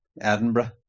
Edinburgh